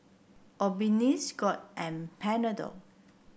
Obimin Scott and Panadol